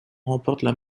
remportent